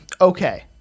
Okay